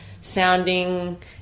sounding